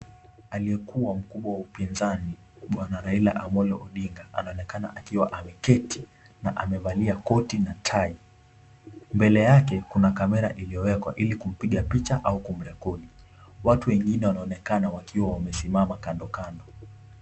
Aliyekuwa mkubwa wa upinzani Bwana Raila Amolo Odinga, anaonekana akiwa ameketi na amevalia koti na tai. Mbele yake kuna kamera iliyowekwa ili kumpiga picha au kumrekodi. Watu wengine wanaonekana wakiwa wamesimama kando kando.